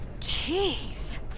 Jeez